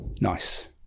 Nice